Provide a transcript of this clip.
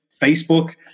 Facebook